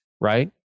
right